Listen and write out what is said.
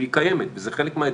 והיא קיימת וזה חלק מהדברים,